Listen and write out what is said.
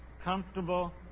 comfortable